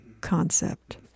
concept